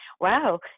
wow